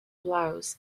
blouse